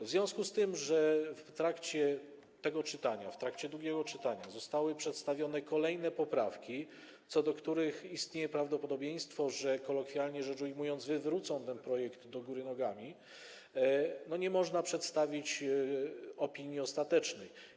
W związku z tym, że w trakcie drugiego czytania zostały przedstawione kolejne poprawki, co do których istnieje prawdopodobieństwo, że kolokwialnie rzecz ujmując, wywrócą ten projekt do góry nogami, nie można tu przedstawić opinii ostatecznej.